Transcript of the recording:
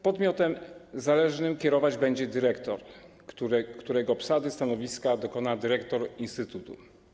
Podmiotem zależnym kierować będzie dyrektor, w którego przypadku obsady stanowiska dokona dyrektor instytutu.